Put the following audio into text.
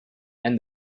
and